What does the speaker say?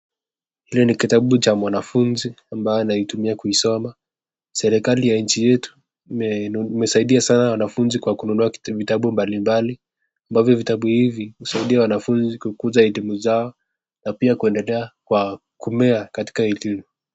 Hiki ni kitabu cha mwanafunzi ambayo mwanafunzi anayoitumia kuisoma, serikali ya nchi yetu imesaidia sana wanafunzi kwa kunua vitabu mbalimbali ambavyo vitabu hivi husaidia wanafunzi kukuza hitimu zao na pia husaidia kumea katika hitimu.